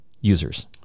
users